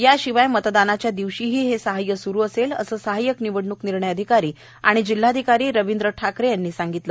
याशिवाय मतदानाच्या दिवशीही हे सहाय स्रू असेलअसे सहायक निवडण्क निर्णय अधिकारी तथा जिल्हाधिकारी रवींद्र ठाकरे यांनी सांगितले